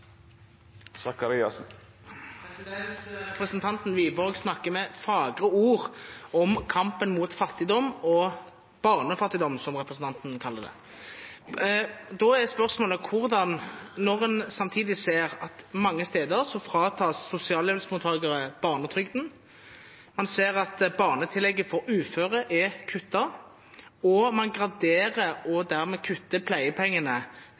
Representanten Wiborg snakker med fagre ord om kampen mot fattigdom, eller barnefattigdom, som representanten kaller det. Da er spørsmålet: Man ser at sosialhjelpsmottakere mange steder fratas barnetrygden, man ser at barnetillegget for uføre er kuttet, og man graderer og dermed kutter pleiepengene